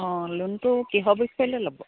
অঁ লোনটো কিহৰ বিষয় লৈ ল'ব